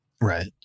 Right